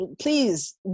please